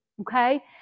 okay